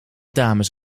dames